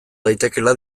daitekeela